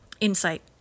Insight